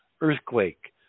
earthquake